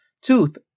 tooth